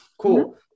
cool